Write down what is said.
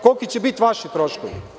Koliki će biti vaši troškovi?